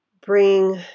bring